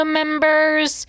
members